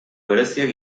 bereziak